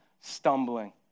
stumbling